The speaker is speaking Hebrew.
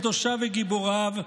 קדושיו וגיבוריו,